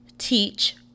teach